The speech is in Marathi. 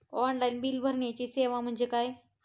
ऑनलाईन बिल भरण्याची सेवा म्हणजे काय?